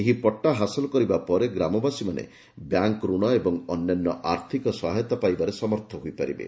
ଏହି ପଟ୍ଟା ହାସଲକରିବା ପରେ ଗ୍ରାମବାସୀମାନେ ବ୍ୟାଙ୍କ୍ ଋଣ ଓ ଅନ୍ୟାନ୍ୟ ଆର୍ଥିକ ସହାୟତା ପାଇବାରେ ସମର୍ଥ ହୋଇପାରିବେ